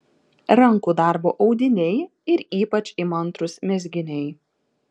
rankų darbo audiniai ir ypač įmantrūs mezginiai